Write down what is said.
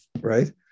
right